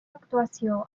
actuació